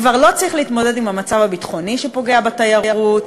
כבר לא צריך להתמודד עם המצב הביטחוני שפוגע בתיירות,